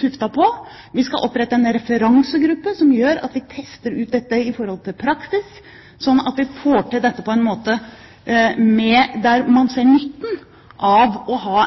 tuftet på. Vi skal opprette en referansegruppe som tester ut dette i praksis, slik at vi får se nytten av å ha